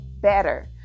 better